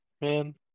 Man